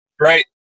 Right